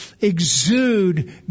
exude